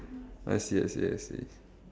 I see I see I see